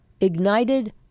ignited